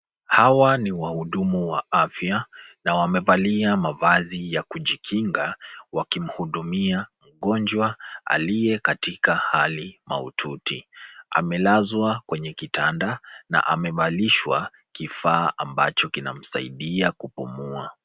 Hawa ni wahudumu wa afya na wamevalia mavazi ya kujikinga, wakimhudumia mgonjwa aliye katika hali mahututi. Amelazwa kwenye kitanda na amevalishwa kifaa ambacho kinamsaidia kupumua.